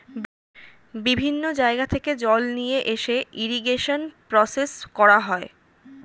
বিভিন্ন জায়গা থেকে জল নিয়ে এনে ইরিগেশন প্রসেস করা হয়